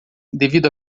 devido